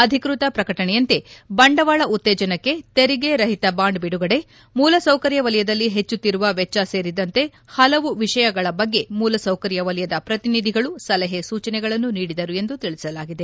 ಅಧಿಕೃತ ಪ್ರಕಟಣೆಯಂತೆ ಬಂಡವಾಳ ಉತ್ತೇಜನಕ್ಕೆ ತೆರಿಗೆ ರಹಿತ ಬಾಂಡ್ ಬಿಡುಗಡೆ ಮೂಲಸೌಕರ್ಯ ವಲಯದಲ್ಲಿ ಹೆಚ್ಚುತ್ತಿರುವ ವೆಚ್ಚ ಸೇರಿದಂತೆ ಹಲವು ವಿಷಯಗಳ ಬಗ್ಗೆ ಮೂಲಸೌಕರ್ಯ ವಲಯದ ಶ್ರತಿನಿಧಿಗಳು ಸಲಹೆ ಸೂಚನೆಗಳನ್ನು ನೀಡಿದರು ಎಂದು ತಿಳಿಸಲಾಗಿದೆ